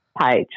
page